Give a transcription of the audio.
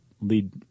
lead